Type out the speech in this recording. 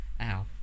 ow